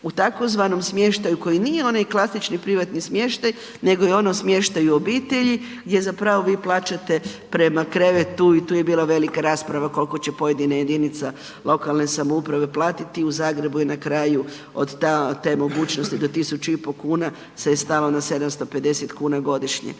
u tzv. smještaju koji nije onaj klasični privatni smještaj nego je ono smještaj u obitelji gdje vi plaćate prema krevetu i tu je bila velika rasprava koliko će pojedina jedinice lokalne samouprave platiti. U Zagrebu je na kraju od te mogućnosti do 1.500 kuna se je stalo na 750 kuna godišnje,